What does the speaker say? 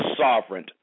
sovereign